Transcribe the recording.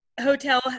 hotel